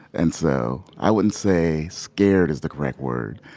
and so, i wouldn't say scared is the correct word.